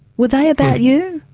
were they about you?